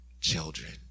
children